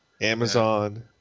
Amazon